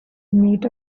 meet